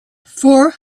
four